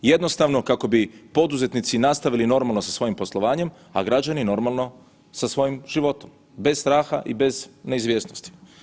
Jednostavno kako bi poduzetnici nastavili normalno sa svojim poslovanje, a građani normalno sa svojim životom, bez straha i bez neizvjesnosti.